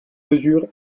mesure